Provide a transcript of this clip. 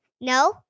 no